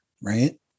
right